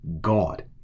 God